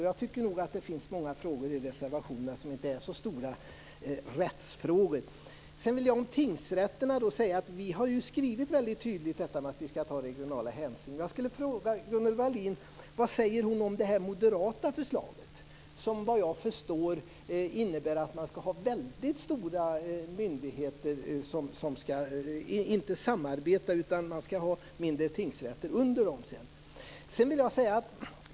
Jag tycker nog att det finns många frågor i reservationerna som inte är så stora rättsfrågor. Om tingsrätterna vill jag säga att vi mycket tydligt har skrivit att vi ska ta regionala hänsyn. Jag skulle vilja fråga Gunnel Wallin vad hon säger om det moderata förslaget som, vad jag förstår, innebär att man ska ha väldigt stora myndigheter som inte ska samarbeta, och sedan ska det finnas mindre tingsrätter under dem.